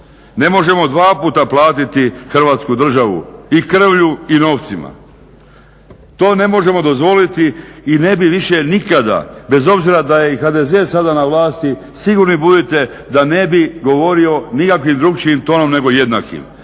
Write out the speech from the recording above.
Ne možemo dva puta platiti Hrvatsku državu i krvlju i novcima. To ne možemo dozvoliti i ne bi više nikada bez obzira da je i HDZ sada na vlasti sigurni budite da ne bi govorio nikakvim drukčijim tonom nego jednakim